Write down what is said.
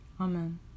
Amen